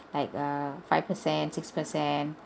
like err five percent six percent